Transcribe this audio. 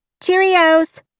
cheerios